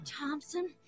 Thompson